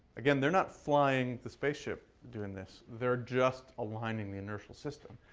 again, they're not flying the spaceship doing this. they're just aligning the inertial system.